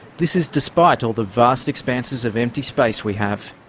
this is despite all the vast expanses of empty space we have.